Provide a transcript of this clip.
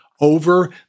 over